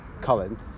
Colin